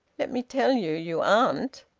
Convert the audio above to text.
let me tell you you aren't.